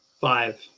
Five